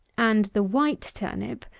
and the white-turnip,